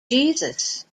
jesus